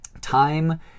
Time